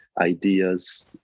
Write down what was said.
ideas